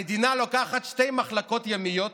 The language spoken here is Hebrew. המדינה לוקחת שתי מחלקות ימיות